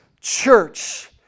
church